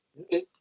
Okay